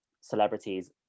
celebrities